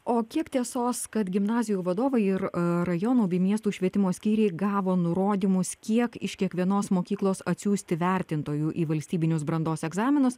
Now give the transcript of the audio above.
o kiek tiesos kad gimnazijų vadovai ir rajonų bei miestų švietimo skyriai gavo nurodymus kiek iš kiekvienos mokyklos atsiųsti vertintojų į valstybinius brandos egzaminus